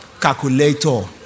Calculator